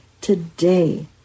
today